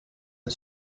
and